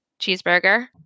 cheeseburger